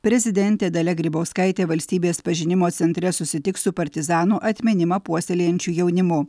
prezidentė dalia grybauskaitė valstybės pažinimo centre susitiks su partizanų atminimą puoselėjančiu jaunimu